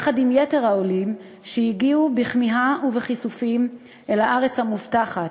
יחד עם יתר העולים שהגיעו בכמיהה ובכיסופים אל הארץ המובטחת,